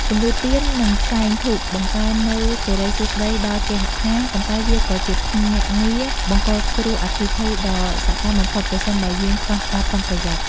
ពន្លឺទៀន និងផ្សែងធូបបង្កើននូវសិរីសួស្តីដល់គេហដ្ឋាន ប៉ុន្តែវាក៏ជាភ្នាក់ងារបង្កគ្រោះអគ្គិភ័យដ៏សកម្មបំផុតប្រសិនបើយើងខ្វះការប្រុងប្រយ័ត្ន។